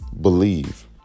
believe